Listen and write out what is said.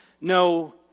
No